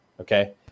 Okay